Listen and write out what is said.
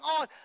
on